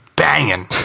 Banging